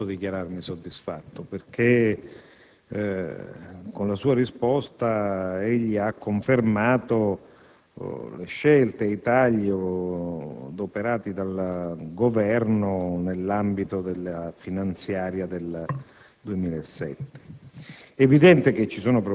per la quale, però, non posso dichiararmi soddisfatto, perché con la sua risposta egli ha confermato le scelte di taglio operate dal Governo nell'ambito della finanziaria del 2007.